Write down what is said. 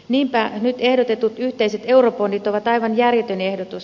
niinpä nyt ehdotetut yhteiset eurobondit ovat aivan järjetön ehdotus